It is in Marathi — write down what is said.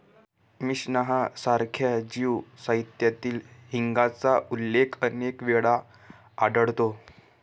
मिशनाह सारख्या ज्यू साहित्यातही हिंगाचा उल्लेख अनेक वेळा आढळतो